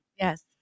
Yes